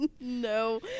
No